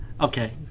Okay